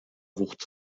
wucht